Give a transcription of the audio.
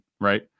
right